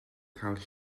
cael